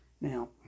now